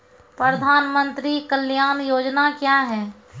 प्रधानमंत्री कल्याण योजना क्या हैं?